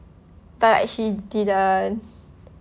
but like she didn't